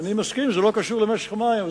אני מסכים, זה לא קשור למשק המים.